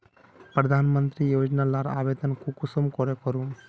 प्रधानमंत्री योजना लार आवेदन कुंसम करे करूम?